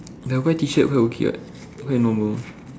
but white t shirt quite okay what quite normal